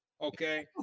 okay